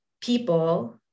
people